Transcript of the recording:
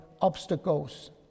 obstacles